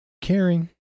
caring